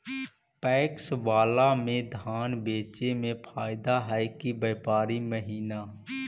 PACS बाला में धान बेचे मे फायदा है कि व्यापारी महिना?